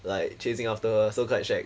like chasing after her so quite shag